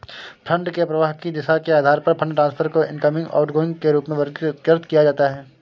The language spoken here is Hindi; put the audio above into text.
फंड के प्रवाह की दिशा के आधार पर फंड ट्रांसफर को इनकमिंग, आउटगोइंग के रूप में वर्गीकृत किया जाता है